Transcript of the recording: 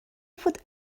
would